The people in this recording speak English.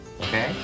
Okay